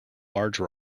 large